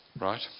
right